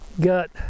got